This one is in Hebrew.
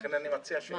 לכן אני מציע שאת